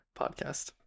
podcast